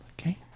okay